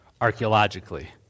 archaeologically